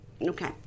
Okay